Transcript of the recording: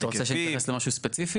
אתה רוצה שניכנס למשהו ספציפי?